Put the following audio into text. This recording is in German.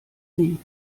nie